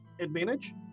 advantage